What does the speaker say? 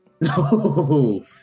No